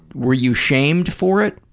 were you shamed for it?